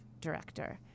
director